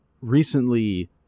recently